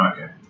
Okay